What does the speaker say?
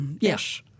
Yes